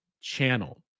channel